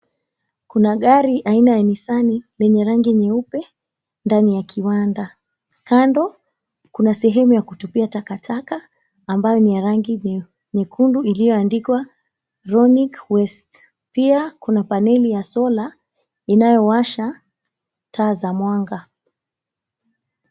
Kuna gari aina ya "nissan" lenye rangi nyeupe ndani ya kiwanda. Kando kuna sehemu ya kutupia takataka ambayo ni ya rangi nyekundu iliyoandikwa chronic waste . Pia kuna paneli ya sola inayowasha taa za mwanga.